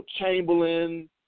Chamberlain